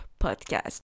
podcast